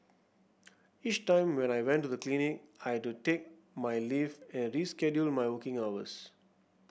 each time when I went to the clinic I had to take my leave and reschedule my working hours